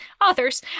authors